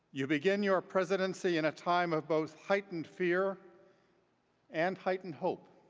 you begin your presidency in a time of both heightened fear and heightened hope.